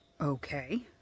Okay